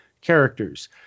characters